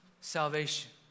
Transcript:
salvation